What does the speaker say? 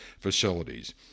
Facilities